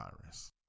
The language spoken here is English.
virus